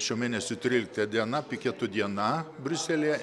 šio mėnesio trylikta diena piketų diena briuselyje